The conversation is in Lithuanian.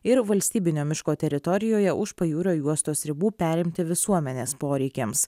ir valstybinio miško teritorijoje už pajūrio juostos ribų perimti visuomenės poreikiams